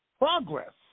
progress